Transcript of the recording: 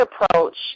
approach